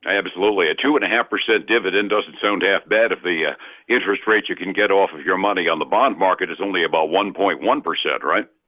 and absolutely. a two and a half percent dividend doesn't so and half bad if the interest rates you can get off of your money on the bond market is only about one point one percent, right?